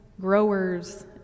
growers